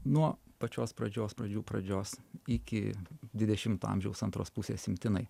nuo pačios pradžios pradžių pradžios iki dvidešimto amžiaus antros pusės imtinai